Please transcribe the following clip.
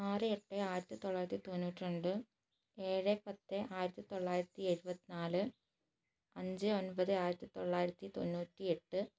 ആറ് എട്ട് ആയിരത്തി തൊള്ളായിരത്തി തൊണ്ണൂറ്റി രണ്ട് ഏഴ് പത്ത് ആയിരത്തി തൊള്ളായിരത്തി എഴുപത്തിനാല് അഞ്ച് ഒൻപതെ ആയിരത്തി തൊള്ളായിരത്തി തൊണ്ണൂറ്റി എട്ട്